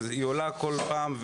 והיא עולה בכל פעם,